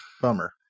bummer